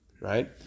Right